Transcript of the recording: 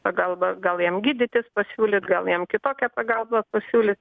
pagalbą gal jiem gydytis pasiūlyt gal jiem kitokią pagalbą pasiūlyt